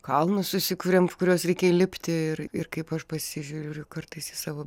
kalnus susikuriam kuriuos reikia įlipti ir ir kaip aš pasižiūriu kartais į savo